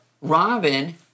Robin